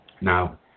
Now